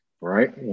right